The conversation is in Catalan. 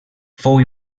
fou